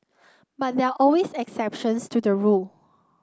but there are always exceptions to the rule